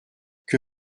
que